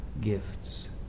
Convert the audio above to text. gifts